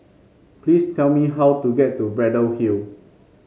please tell me how to get to Braddell Hill